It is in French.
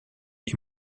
est